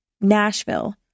Nashville